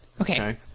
Okay